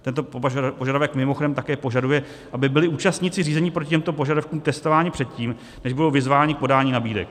Tento požadavek mimochodem také požaduje, aby byli účastníci řízení proti těmto požadavkům testování předtím, než budou vyzváni k podání nabídek.